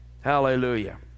hallelujah